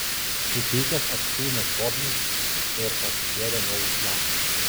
supykęs atstūmė skobnis ir pasikėlė nuo uslano